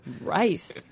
Rice